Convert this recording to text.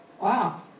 Wow